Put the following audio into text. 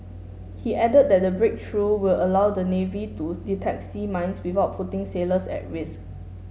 he added that the breakthrough will allow the navy to detect sea mines without putting sailors at risk